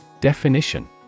Definition